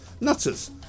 nutters